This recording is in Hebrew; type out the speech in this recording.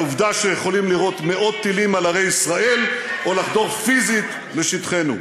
העובדה שיכולים לירות מאות טילים על ערי ישראל או לחדור פיזית לשטחנו.